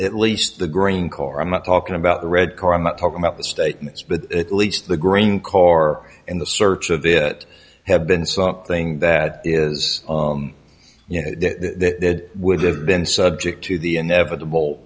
at least the green corps i'm not talking about the red car i'm not talking about the statements but at least the green car and the search of it have been something that is you know that would have been subject to the inevitable